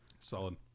Solid